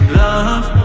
love